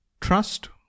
Trust